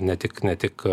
ne tik ne tik